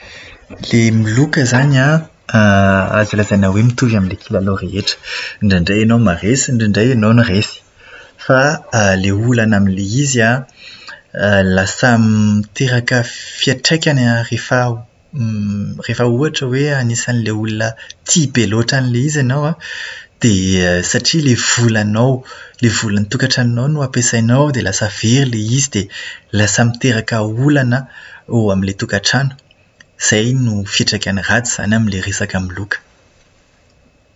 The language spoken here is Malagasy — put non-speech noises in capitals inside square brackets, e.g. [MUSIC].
Ilay miloka izany an, [HESITATION] azo lazaina hoe mitovy amin'ny kilalao rehetra. Indraindray ianao maharesy, indraindray ianao no resy. Fa ilay olona amin'ilay izy an, lasa miteraka fiantraikany an [HESITATION] rehefa ohatra hoe anisan'ilay olona tia be loatra an'ilay izy ianao, dia satria ilay volanao, ilay volan'ny tokatranonao no ampiasainao dia lasa very ilay izy. Dia lasa miteraka olana eo amin'ilay tokatrano. Izay no fiantraikany ratsy izany eo amin'ilay loka.